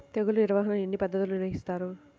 తెగులు నిర్వాహణ ఎన్ని పద్ధతుల్లో నిర్వహిస్తారు?